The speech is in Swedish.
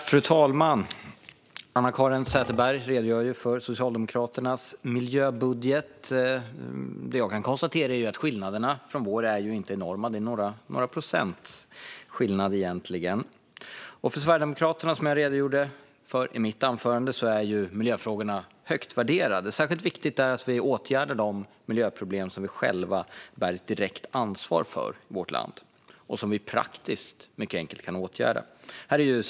Fru talman! Anna-Caren Sätherberg redogör för Socialdemokraternas miljöbudget. Jag kan konstatera att skillnaderna mot vår inte är enorma. Det är några procents skillnad. För Sverigedemokraterna är miljöfrågorna, som jag redogjorde för i mitt anförande, högt värderade. Särskilt viktigt är att vi åtgärdar de miljöproblem som vi själva bär direkt ansvar för i vårt land och som vi mycket enkelt kan åtgärda.